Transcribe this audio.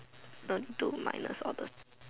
don't do minus all the